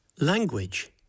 Language